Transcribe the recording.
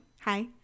Hi